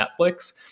Netflix